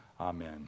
amen